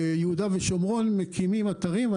ביהודה ושומרון מקימים אתרים.